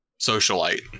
socialite